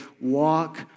walk